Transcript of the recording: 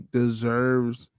deserves